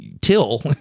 till